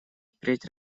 впредь